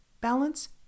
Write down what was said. Balance